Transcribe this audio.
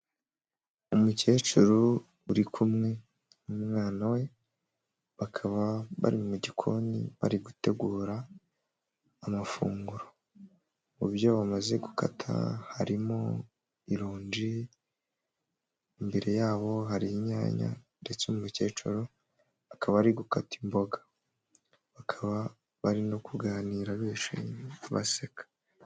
Umukecuru uri kumwe n'umwana we bakaba bari mu gikoni bari gutegura amafunguro, mu byo bamaze gukata harimo ironji, imbere yabo hari inyanya ndetse umukecuru akaba ari gukata imboga, bakaba bari no kuganira bishimye baseka.